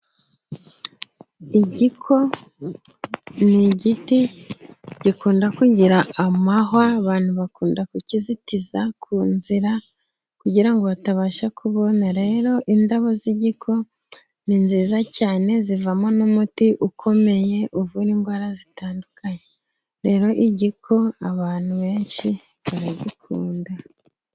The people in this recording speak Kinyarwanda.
Igiko ni igiti gikunda kugira amahwa, abantu bakunda kukizitiza ku nzira, kugira ngo batabasha kubonera. Rero indabo z'igiko ni nziza cyane, zivamo n'umuti ukomeye uvura indwara zitandukanye, rero igiko abantu benshi baragikunda.